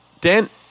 Dent